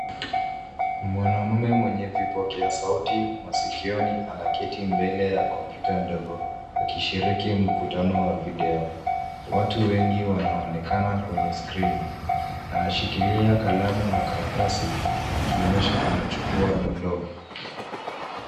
Mwanaume mwenye vipokea sauti masikioni anaketi mbele ya kompyuta ndogo akishiriki mkutano wa video. Watu wengi wanaonekana kwenye skrini anashikilia kalamu na karatasi akionyesha anachukua dondoo.